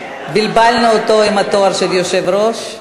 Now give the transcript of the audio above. בלבלנו אותו עם התואר של יושב-ראש.